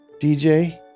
DJ